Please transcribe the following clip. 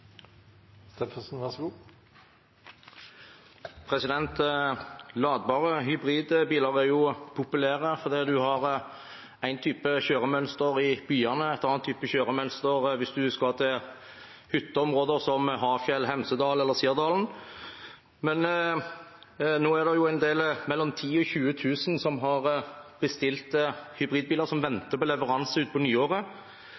fordi man har én type kjøremønster i byene, en annet type kjøremønster hvis man skal til hytteområder som Hafjell, Hemsedal eller Sirdal. Men nå er det en del – mellom 10 000 og 20 000 – som har bestilt hybridbiler